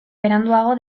beranduago